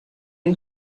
این